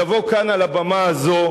לבוא כאן על הבמה הזאת,